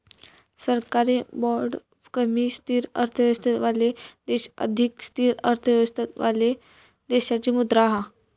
सरकारी बाँड कमी स्थिर अर्थव्यवस्थावाले देश अधिक स्थिर अर्थव्यवस्थावाले देशाची मुद्रा हा